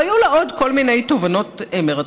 והיו לה עוד כל מיני תובנות מרתקות,